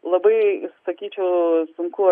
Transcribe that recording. labai sakyčiau sunku